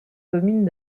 commune